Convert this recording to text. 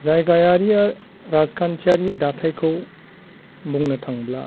जायगायारि राजखान्थियारि दाथायखौ बुंनो थांब्ला